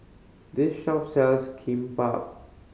this shop sells Kimbap